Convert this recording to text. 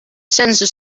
sensor